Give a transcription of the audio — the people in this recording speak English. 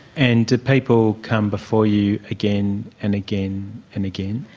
and do people come before you again and again and again?